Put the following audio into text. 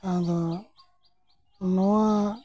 ᱟᱫᱚ ᱱᱚᱣᱟ